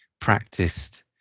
practiced